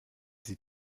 sie